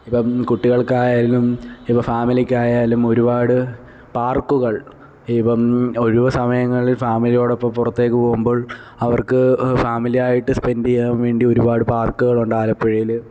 ഇപ്പം കുട്ടികൾക്കായാലും ഇപ്പം ഫാമിലിക്കായാലും ഒരുപാട് പാർക്കുകൾ ഇപ്പം ഒഴിവ് സമയങ്ങളിൽ ഫാമിലിയോടൊപ്പം പുറത്തേക്ക് പോകുമ്പോൾ അവർക്ക് ഫാമിലിയായിട്ട് സ്പെൻഡ് ചെയ്യാൻ വേണ്ടി ഒരുപാട് പാർക്കുകളുണ്ട് ആലപ്പുഴയിൽ